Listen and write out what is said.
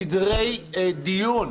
סדרי דיון.